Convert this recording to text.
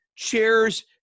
chairs